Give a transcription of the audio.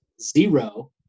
zero